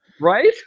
Right